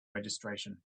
registration